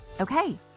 Okay